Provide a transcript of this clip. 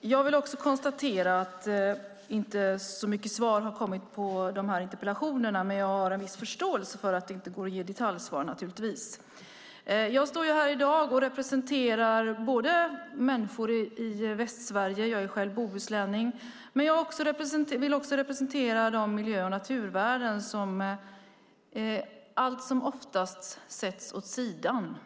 Jag vill också konstatera att det inte har kommit så mycket svar på interpellationerna, men jag har naturligtvis förståelse för att det inte går att ge detaljsvar. Jag representerar i dag både människor i Västsverige - jag är själv bohuslänning - och de miljö och naturvärden som allt som oftast sätts åt sidan.